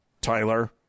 Tyler